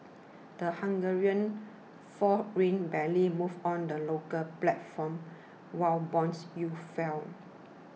the Hungarian forint barely moved on the local platform while bond yields fell